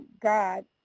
God